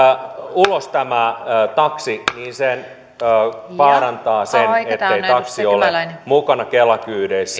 ulos tämä taksi niin se vaarantaa sen että taksi on mukana kela kyydeissä